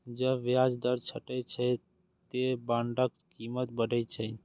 जब ब्याज दर घटै छै, ते बांडक कीमत बढ़ै छै